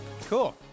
cool